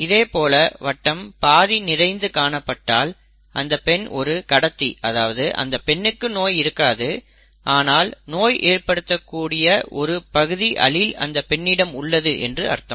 இதேபோல வட்டம் பாதி நிறைந்து காணப்பட்டால் அந்த பெண் ஒரு கடத்தி அதாவது அந்த பெண்ணுக்கு நோய் இருக்காது ஆனால் நோய் ஏற்படுத்தும் ஒரு பகுதி அலீல் அந்த பெண்ணிடம் உள்ளது என்று அர்த்தம்